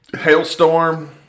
Hailstorm